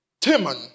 Timon